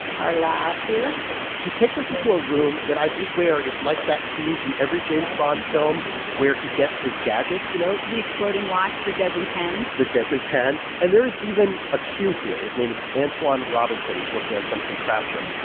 our lab here she takes us into a room that i swear is like that scene from every james bond film where he gets his gadgets, you know? the exploding watch, the deadly pen the deadly pen. and there is even a q here. his name is antwon robinson. he's working on some contraption.